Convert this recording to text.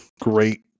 great